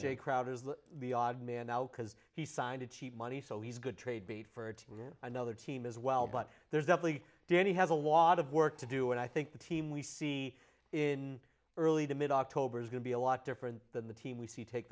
odd man out because he signed a cheap money so he's good trade bait for to another team as well but there's definitely danny has a lot of work to do and i think the team we see in early to mid october is going to be a lot different than the team we see take